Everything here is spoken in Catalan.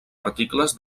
articles